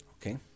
Okay